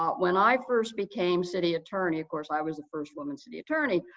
um when i first became city attorney, of course, i was the first woman city attorney,